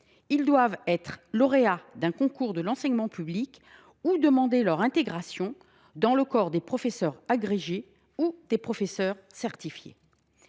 options : être lauréats d’un concours de l’enseignement public ou demander leur intégration dans le corps des professeurs agrégés ou des professeurs certifiés.